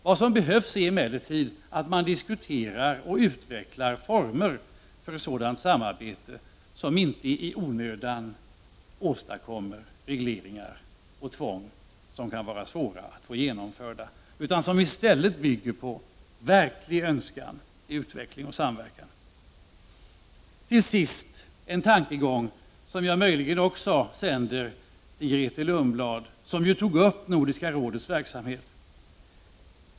Vad som emellertid behövs är att man diskuterar och utvecklar former för sådant samarbete som inte i onödan åstadkommer regleringar och tvång som kan vara svåra att få genomförda. I stället skall samarbetet bygga på en verklig önskan till utveckling och samverkan. Till sist en tankegång som jag också sänder till Grethe Lundblad. Hon tog upp Nordiska rådets verksamhet.